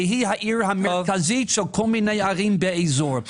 והיא העיר המרכזית של כל מיני ערים באזור.